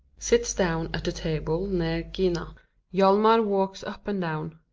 sits down at the table near gina hjalmar walks up and down.